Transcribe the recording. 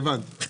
אה, הבנתי.